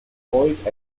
euch